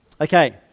Okay